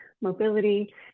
mobility